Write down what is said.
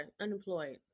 Unemployed